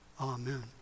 Amen